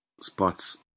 spots